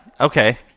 Okay